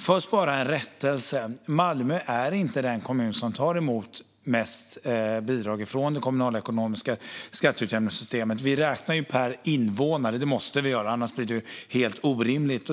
Först vill jag göra en rättelse. Malmö är inte den kommun som tar emot mest bidrag från det kommunalekonomiska skatteutjämningssystemet. Vi räknar per invånare. Det måste vi göra. Annars blir det helt orimligt.